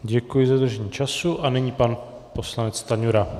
Děkuji za dodržení času a nyní pan poslanec Stanjura.